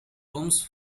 rooms